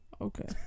Okay